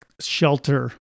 shelter